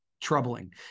troubling